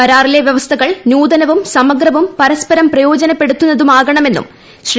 കരാറിലെ വ്യവസ്ഥകൾ നൂതനവും സമഗ്രവും പരസ്പരം പ്രയോജനപ്പെടുത്തുന്നതുമാകണമെന്നും ശ്രീ